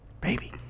Baby